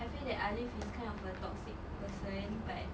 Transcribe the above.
I feel like Alif is kind of a toxic person but